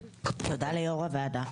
תודה ליו"ר הוועדה.